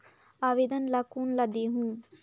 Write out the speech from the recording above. आवेदन ला कोन ला देहुं?